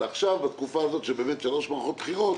אבל עכשיו בתקופה הזאת שבאמת יש שלוש מערכות בחירות